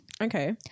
Okay